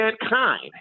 mankind